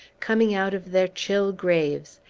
coming out of their chill graves,